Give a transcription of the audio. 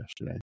yesterday